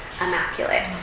immaculate